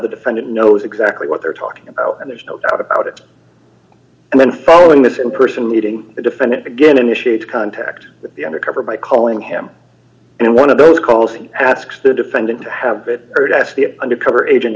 the defendant knows exactly what they're talking about and there's no doubt about it and then following this in person meeting the defendant again initiated contact with the undercover by calling him and one of those calls and asks the defendant to have the undercover agent